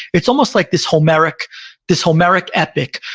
it's almost like this homeric this homeric epic,